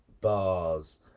bars